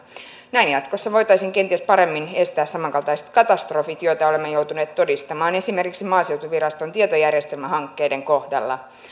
näin jatkossa voitaisiin kenties paremmin estää samankaltaiset katastrofit joita olemme joutuneet todistamaan esimerkiksi maaseutuviraston tietojärjestelmähankkeiden kohdalla